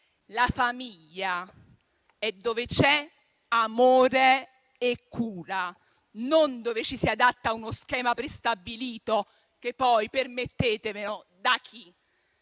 La famiglia è dove ci sono amore e cura, non dove ci si adatta a uno schema prestabilito; che poi - permettetemelo -